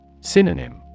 Synonym